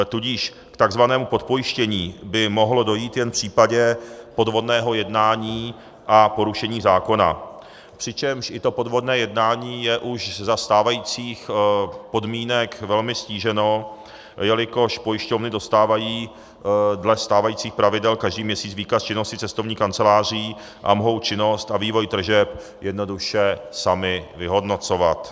Tudíž k tzv. podpojištění by mohlo dojít jen v případě podvodného jednání a porušení zákona, přičemž i to podvodné jednání je už za stávajících podmínek velmi ztíženo, jelikož pojišťovny dostávají dle stávajících pravidel každý měsíc výkaz činnosti cestovních kanceláří a mohou činnost a vývoj tržeb jednoduše sami vyhodnocovat.